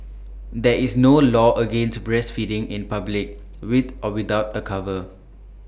there is no law against breastfeeding in public with or without A cover